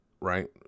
right